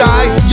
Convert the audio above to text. Die